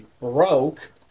broke